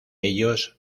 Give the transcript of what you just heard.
ellos